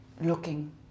looking